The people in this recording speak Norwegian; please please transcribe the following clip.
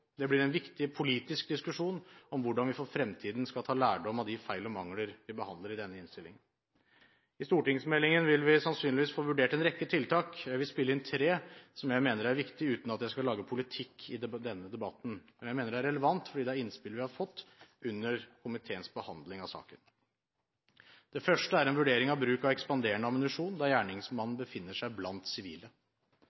Det blir en viktig politisk diskusjon om hvordan vi for fremtiden skal ta lærdom av de feil og mangler vi behandler i denne innstillingen. I stortingsmeldingen vil vi sannsynligvis få vurdert en rekke tiltak. Jeg vil spille inn tre som jeg mener er viktige, uten at jeg skal lage politikk i denne debatten. Jeg mener det er relevant, fordi det er innspill vi har fått under komiteens behandling av saken. Det første er en vurdering av bruk av ekspanderende ammunisjon der gjerningsmannen